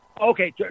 Okay